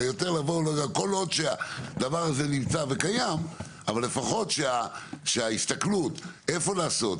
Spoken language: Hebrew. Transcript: כל עוד שהדבר הזה נמצא וקיים אבל לפחות שההסתכלות איפה לעשות,